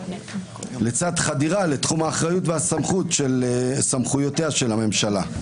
לצד חדירה לתחום האחריות והסמכות של סמכויותיה של הממשלה.